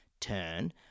turn